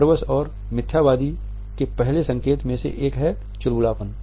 nervous और मिथ्यावादी के पहले संकेत में से एक है चुलबुलापन